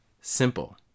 simple